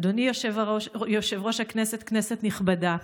אדוני יושב-ראש הכנסת, כנסת נכבדה,